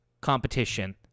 competition